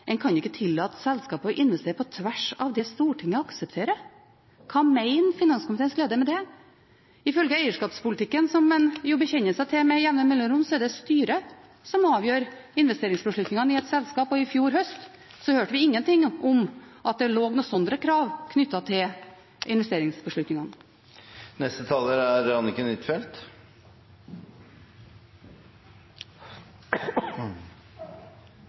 en kan ikke tillate selskaper å investere på tvers av det Stortinget aksepterer, hva mener finanskomiteens leder med det? Ifølge eierskapspolitikken, som en jo bekjenner seg til med jevne mellomrom, er det styret som avgjør investeringsbeslutningene i et selskap. I fjor høst hørte vi ingenting om at det lå noen slike krav knyttet til investeringsbeslutningene. Det som forundrer meg etter å ha sittet og hørt på denne diskusjonen, er